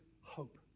hope